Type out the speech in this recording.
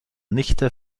nichte